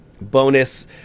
bonus